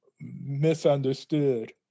misunderstood